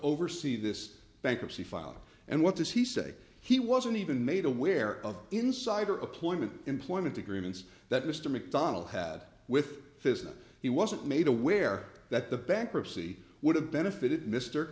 oversee this bankruptcy filing and what does he say he wasn't even made aware of insider appointment employment agreements that mr mcdonnell had with fiza he wasn't made aware that the bankruptcy would have benefited mr